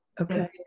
Okay